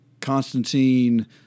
Constantine